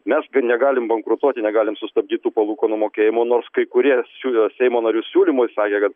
mes gi negalim bankrutuoti negalim sustabdyt tų palūkanų mokėjimo nors kai kurie siū seimo narių siūlymui sakė kad